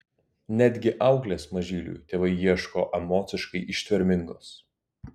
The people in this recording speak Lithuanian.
netgi auklės mažyliui tėvai ieško emociškai ištvermingos